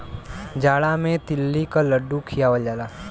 जाड़ा मे तिल्ली क लड्डू खियावल जाला